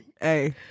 Hey